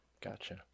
Gotcha